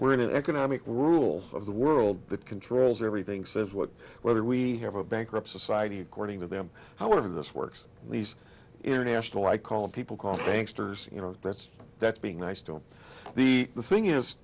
we're in an economic rules of the world that controls everything says what whether we have a bankruptcy society according to them however this works these international i call people call thanks you know that's that's being nice don't be the thing is